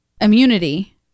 immunity